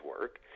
work